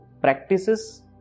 practices